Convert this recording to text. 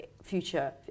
future